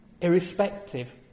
irrespective